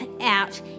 out